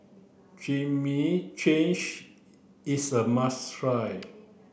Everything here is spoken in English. Chimichangas is a must try